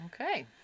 Okay